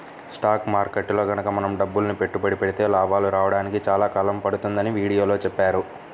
stock మార్కెట్టులో గనక మనం డబ్బులని పెట్టుబడి పెడితే లాభాలు రాడానికి చాలా కాలం పడుతుందని వీడియోలో చెప్పారు